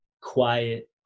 quiet